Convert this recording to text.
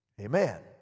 Amen